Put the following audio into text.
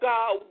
God